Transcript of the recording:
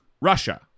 Russia